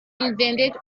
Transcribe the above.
invented